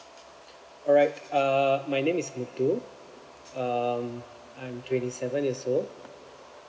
all right uh my name is muthu um I'm twenty seven years old